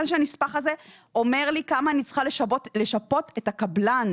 שהנספח הזה אומר לי כמה אני צריכה לשפות את הקבלן,